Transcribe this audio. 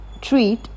treat